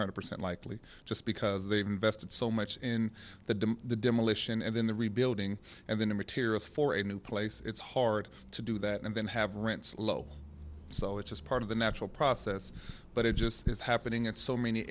hundred percent likely just because they've invested so much in the day the demolition and then the rebuilding and the new materials for a new place it's hard to do that and then have rents low so it's just part of the natural process but it just is happening in so many